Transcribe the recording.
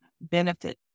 benefit